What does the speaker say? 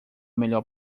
melhor